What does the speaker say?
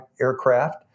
aircraft